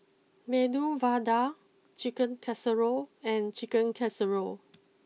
Medu Vada Chicken Casserole and Chicken Casserole